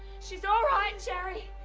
she's all right, jerry.